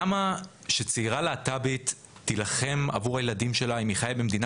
למה שצעירה להט"בית תילחם עבור הילדים שלה אם היא חיה במדינה